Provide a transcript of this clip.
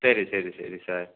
சரி சரி சரி சார்